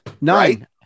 Nine